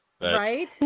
Right